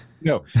no